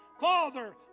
Father